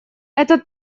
это